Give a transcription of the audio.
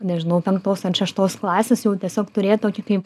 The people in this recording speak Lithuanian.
nežinau penktos ar šeštos klasės jau tiesiog turėt tokį kaip